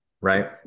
Right